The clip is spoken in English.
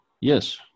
Yes